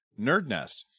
nerdnest